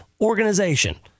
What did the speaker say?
organization